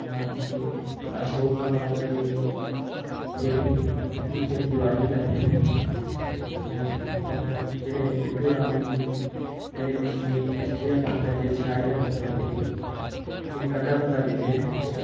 बाकी अशोक कमार होर होई गे जेह्ड़े कि एह् बी खेतीबाड़ी गै करदे न ते अच्छा होर जेह्ड़े बिट्टूराम होई गे जेह्ड़े मिस्तरीं मिस्तरी दा कम्म करदे न ते चनाई दा कम्म करदे ते कंधा कुंधा दिंदे न